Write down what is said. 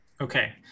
Okay